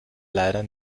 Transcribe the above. leider